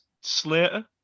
Slater